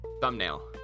Thumbnail